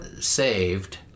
saved